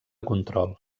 control